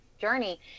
journey